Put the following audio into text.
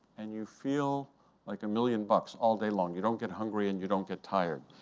and you feel like a million bucks all day long. you don't get hungry, and you don't get tired.